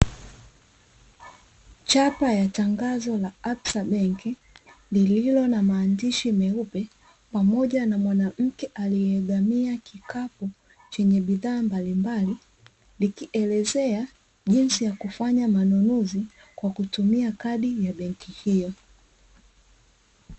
Chapa ya tangazo la "Absa bank" lililo na maandishi meupe pamoja na mwanamke aliyeegamia kikapu chenye bidhaa mbaljmbali, likielezea jinsi ya kufanya manunuzi kwa kutumia kadi ya benk ihiyo.